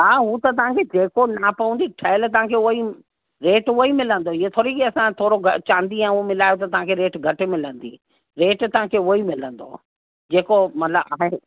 हा हू त तव्हांखे जेको माप हूंदी ठहियल तव्हांखे हूअ ई रेट हूअ ई मिलंदो ईंअ थोरी असां थोरो चांदी या हू मिलायूं त तव्हांखे रेट घटि मिलंदी रेट तव्हांखे हूअ ई मिलंदो जेको मतिलब आहे